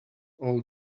all